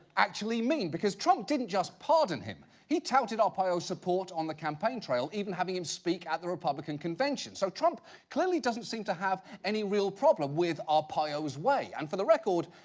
actually mean? because trump didn't just pardon him, he touted arpaio's support on the campaign trail, even having him speak at the republican convention. so, trump clearly doesn't seem to have any real problem with arpaio's way. and for the record,